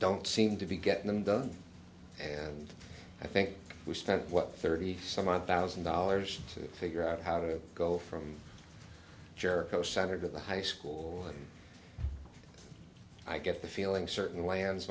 don't seem to be getting them done i think we start what thirty some odd thousand dollars to figure out how to go from jericho severed to the high school i get the feeling certain lands